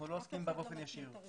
אנחנו לא עוסקים בה באופן ישיר.